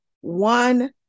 one